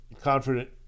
confident